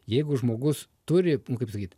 jeigu žmogus turi kaip sakyt